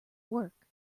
work